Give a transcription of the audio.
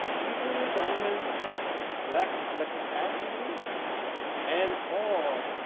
usually, governments lack the capacity and or